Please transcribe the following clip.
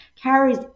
carries